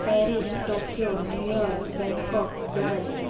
Paris Tokyo New York Bangkok Dubai